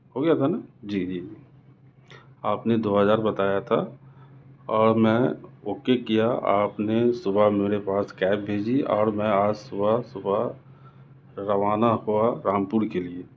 ہو گیا تھا نا جی جی آپ نے دو ہزار بتایا تھا اور میں اوکے کیا اور آپ نے صبح میرے پاس کیب بھیجی اور میں آج صبح صبح روانہ ہوا رامپور کے لئے